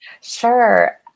Sure